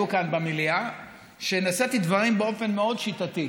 כאן במליאה שנשאתי דברים באופן מאוד שיטתי.